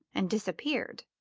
and disappeared,